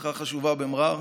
משפחה חשובה במר'אר.